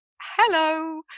Hello